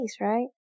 right